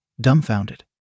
dumbfounded